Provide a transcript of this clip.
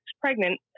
pregnant